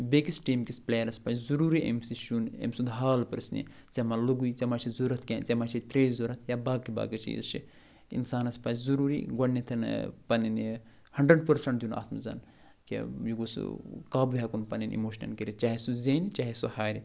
بیٚکِس ٹیٖم کِس پٕلیرَس پَزِ ضٔروٗری أمِس نِش یُن أمۍ سُنٛد حال پرٛژھنہِ ژےٚ مَہ لوٚگُے ژےٚ مَہ چھِ ضوٚرَتھ کیٚنٛہہ ژےٚ مَہ چھےٚ ترٛیش ضوٚرَتھ یا باقٕے باقٕے چیٖز چھِ اِنسانَس پَزِ ضٔروٗری گۄڈٕنٮ۪تھ پَنٕنۍ یہِ ہنٛڈرنٛڈ پٔرسَنٛٹ دیُن اَتھ منٛز کہِ یہِ گوٚژھ قابوٗ ہٮ۪کُن پَنٛنٮ۪ن اِموشنَن کٔرِتھ چاہے سُہ زینہِ چاہے سُہ ہارِ